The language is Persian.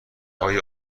های